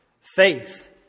Faith